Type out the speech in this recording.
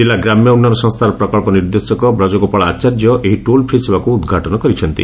ଜିଲ୍ଲା ଗ୍ରାମ୍ୟ ଉନ୍ନୟନ ସଂସ୍ତାର ପ୍ରକ୍ଛ ନିର୍ଦ୍ଦେଶକ ବ୍ରଜ ଗୋପାଳ ଆଚାର୍ଯ୍ୟ ଏହି ଟୋଲ୍ ଫ୍ରି ସେବାକୁ ଉଦ୍ଘାଟନ କରିଛନ୍ତି